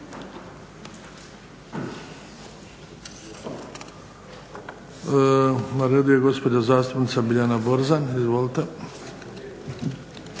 Na redu je gospođa zastupnica Biljana Borzan. Izvolite.